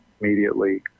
immediately